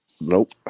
Nope